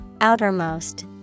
Outermost